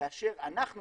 כאשר אנחנו סברנו,